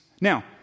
Now